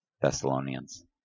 Thessalonians